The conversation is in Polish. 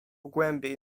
głębiej